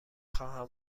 خواهم